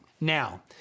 Now